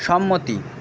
সম্মতি